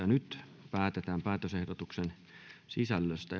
nyt päätetään päätösehdotuksen sisällöstä